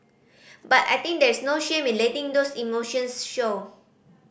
but I think there's no shame in letting those emotions show